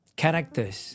characters